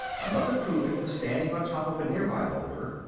another crewman was standing on top of a nearby boulder.